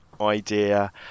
idea